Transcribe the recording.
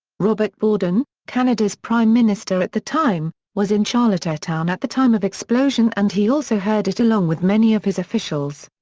robert borden, canada's prime minister at the time, was in charlottetown at the time of explosion and he also heard it along with many of his officials.